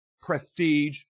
prestige